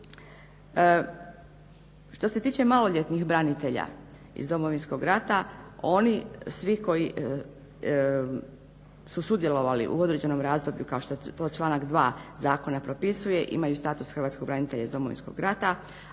Što se tiče maloljetnih branitelja iz Domovinskog rata oni svi koji su sudjelovali u određenom razdoblju kao što je to članak 2. Zakona propisuje imaju status hrvatskog branitelja iz Domovinskog rata,